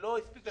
שלא הספיק לכם.